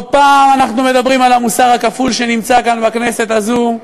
לא פעם אנחנו מדברים על המוסר הכפול שנמצא כאן בכנסת הזאת,